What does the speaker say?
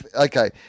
Okay